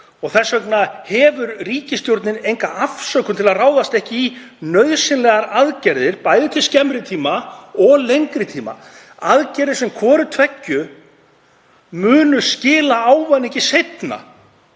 og þess vegna hefur ríkisstjórnin enga afsökun til að ráðast ekki í nauðsynlegar aðgerðir, bæði til skemmri tíma og lengri tíma, aðgerðir sem hvort tveggja munu skila ávinningi seinna.